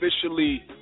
officially